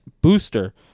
booster